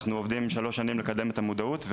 אנחנו עובדים שלוש שנים לקדם את המודעות.